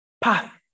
path